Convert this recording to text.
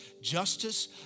justice